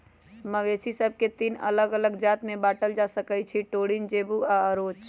मवेशि सभके तीन अल्लग अल्लग जात में बांटल जा सकइ छै टोरिन, जेबू आऽ ओरोच